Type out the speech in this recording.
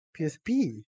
PSP